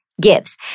gives